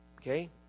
Okay